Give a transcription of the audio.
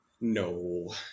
No